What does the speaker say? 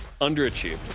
underachieved